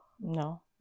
No